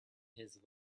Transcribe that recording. his